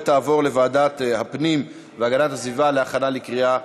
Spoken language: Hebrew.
נא להצביע.